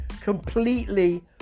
completely